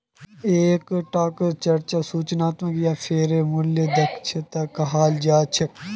एक टाक चर्चा सूचनात्मक या फेर मूल्य दक्षता कहाल जा छे